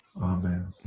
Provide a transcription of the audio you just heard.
Amen